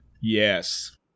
yes